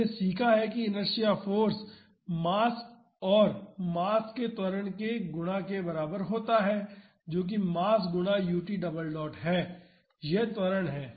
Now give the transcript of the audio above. हमने सीखा है कि इनर्शिआ फाॅर्स मास और मास के त्वरण के गुणा के बराबर होता है जो कि मास गुणा ut डबल डॉट है यह त्वरण है